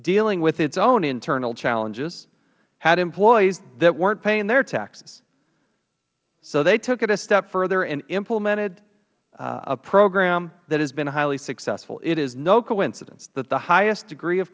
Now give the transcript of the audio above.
dealing with its own internal challenges had employees that werent paying their taxes so they took it a step further and implemented a program that has been highly successful it is no coincidence that the highest degree of